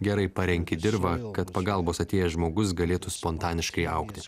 gerai parenki dirvą kad pagalbos atėjęs žmogus galėtų spontaniškai augti